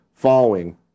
following